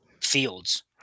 fields